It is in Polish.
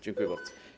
Dziękuję bardzo.